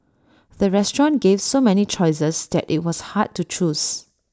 the restaurant gave so many choices that IT was hard to choose